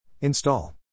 Install